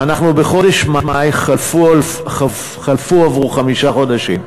אנחנו בחודש מאי, חלפו עברו חמישה חודשים,